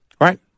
Right